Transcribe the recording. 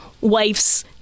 wife's